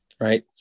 right